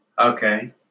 Okay